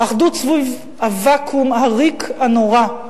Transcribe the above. אחדות סביב הוואקום, הריק הנורא,